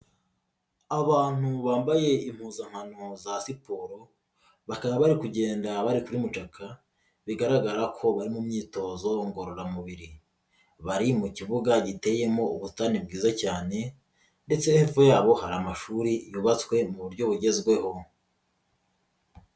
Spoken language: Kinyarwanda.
Abantu bambaye impuzankano za siporo bakaba bari kugenda bari kuri mucaka bigaragara ko bari mu myitozo ngororamubiri, bari mu kibuga giteyemo ubusitani bwiza cyane ndetse no hepfo yabo hari amashuri yubatswe mu buryo bugezweho.